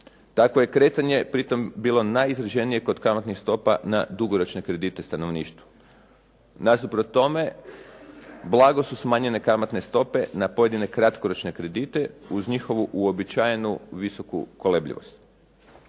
Tako je kretanje pri tome bilo najizraženije kod kamatnih stopa na dugoročne kredite stanovništvu. Nasuprot tome, blago su smanjene kamatne stope na pojedine kratkoročne kredite uz njihovu uobičajenu visoku kolebljivost.